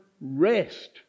rest